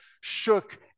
shook